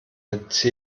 mit